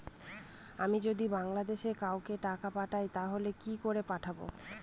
আমি যদি বাংলাদেশে কাউকে টাকা পাঠাই তাহলে কি করে পাঠাবো?